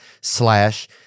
slash